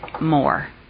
more